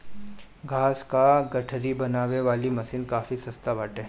घास कअ गठरी बनावे वाली मशीन काफी सस्ता बाटे